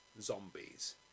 zombies